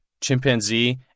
Chimpanzee